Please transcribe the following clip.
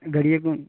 धड़िए कौन